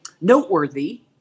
Noteworthy